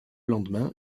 lendemain